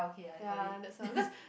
ya that's why because